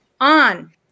On